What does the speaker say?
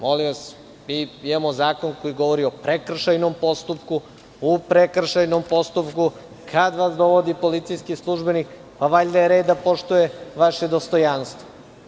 Molim vas, mi imamo zakon koji govori o prekršajnom postupku i kada vas dovodi policijski službenik, pa valjda je red da poštuje vaše dostojanstvo?